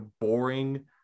boring